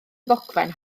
ddogfen